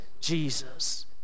Jesus